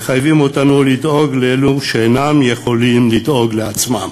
מחייבים אותנו לדאוג לאלו שאינם יכולים לדאוג לעצמם,